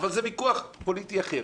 אבל זה ויכוח פוליטי אחר.